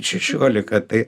šešiolika tai